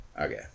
Okay